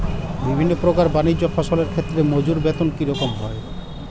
বিভিন্ন প্রকার বানিজ্য ফসলের ক্ষেত্রে মজুর বেতন কী রকম হয়?